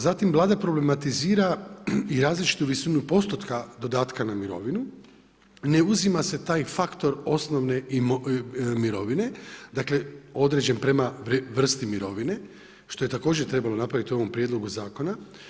Zatim Vlada problematizira i različitu visinu postotka dodatka na mirovinu, ne uzima se taj faktor osnovne mirovine, određen prema vrsti mirovine što je također trebalo napraviti u ovom prijedlogu zakona.